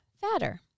fatter